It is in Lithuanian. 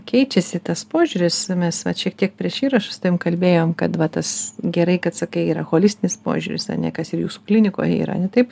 keičiasi tas požiūris mes vat šiek tiek prieš įrašą su tavim kalbėjom kad va tas gerai kad sakai yra holistinis požiūris ar ne kas ir jūsų klinikoje yra ar ne taip